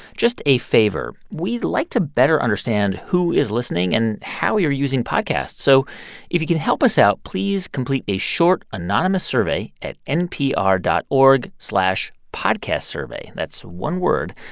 just a favor. we'd like to better understand who is listening and how you're using podcasts. so if you can help us out, please complete a short anonymous survey at npr dot org slash podcastsurvey. that's one word.